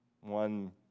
One